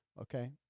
Okay